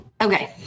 okay